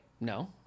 No